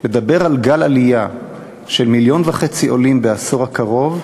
שלדבר על גל עלייה של מיליון וחצי עולים בעשור הקרוב,